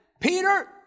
Peter